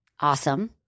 Awesome